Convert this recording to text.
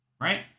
Right